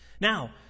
Now